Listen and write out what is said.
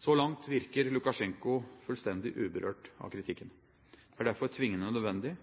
Så langt virker Lukasjenko fullstendig uberørt av kritikken. Det er derfor tvingende nødvendig